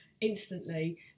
instantly